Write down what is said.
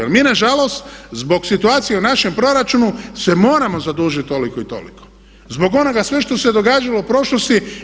Jer mi nažalost zbog situacije u našem proračunu se moramo zadužiti toliko i toliko zbog onog svega što se događalo u prošlosti.